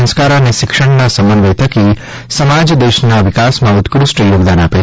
સંસ્કાર અને શિક્ષણના સમન્વય થકી સમાજ દેશના વિકાસમાં ઉત્કૃષ્ટ યોગદાન આપે